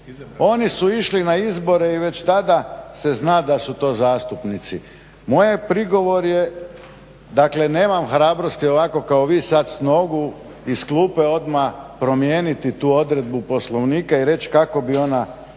Oni su išli na izbore i već tada se zna da su to zastupnici. Moj prigovor je, dakle nemam hrabrosti ovako kao vi sad s nogu iz klupe odmah promijeniti tu odredbu Poslovnika i reći kako bi ona